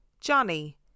Johnny